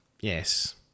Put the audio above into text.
Yes